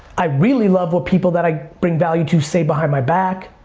i really love what people that i bring value to say behind my back.